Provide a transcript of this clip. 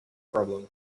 problem